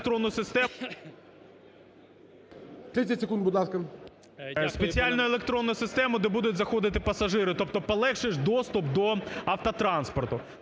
Спеціальну електронну систему, де будуть заходити пасажири, тобто полегшиш доступ до автотранспорту.